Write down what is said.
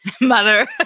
Mother